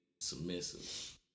submissive